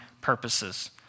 purposes